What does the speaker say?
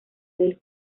del